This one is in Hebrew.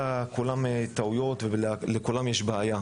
כאילו כולם טעויות או שלכולם יש בעיה.